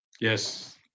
Yes